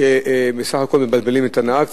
שבסך הכול מבלבל את הנהג.